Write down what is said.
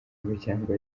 imiryango